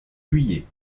juillet